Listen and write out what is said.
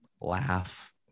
Laugh